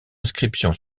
inscription